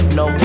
no